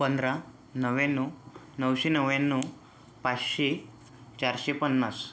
पंधरा नव्याण्णव नऊशे नव्याण्णव पाचशे चारशे पन्नास